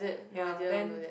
ya then